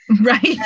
Right